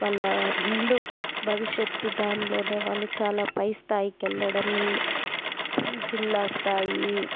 వాళ్ళ నిండు భవిష్యత్తు దాన్లోనే వాళ్ళు చాలా పై స్థాయికి వెళ్ళడం జిల్లా స్థాయి